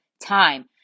time